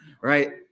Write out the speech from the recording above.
right